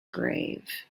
grave